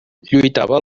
lluitava